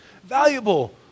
valuable